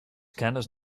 candice